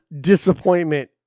disappointment